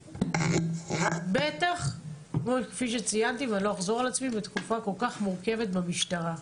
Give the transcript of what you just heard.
בטח בתקופה כל כך מורכבת במשטרה.